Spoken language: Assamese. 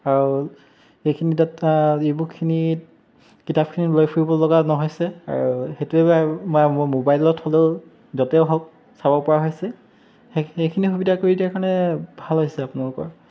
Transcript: আৰু এইখিনি তাত ই বুকখিনি কিতাপখিনি লৈ ফুৰিব লগা নহৈছে আৰু সেইটোৱে মোৰ মোবাইলত হ'লেও য'তে হওক চাব পৰা হৈছে সেইখিনি সুবিধা কৰি দিয়াৰ কাৰণে ভাল হৈছে আপোনালোকৰ